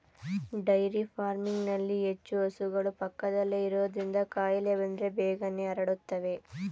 dairy ಫಾರ್ಮಿಂಗ್ನಲ್ಲಿ ಹೆಚ್ಚು ಹಸುಗಳು ಪಕ್ಕದಲ್ಲೇ ಇರೋದ್ರಿಂದ ಕಾಯಿಲೆ ಬಂದ್ರೆ ಬೇಗನೆ ಹರಡುತ್ತವೆ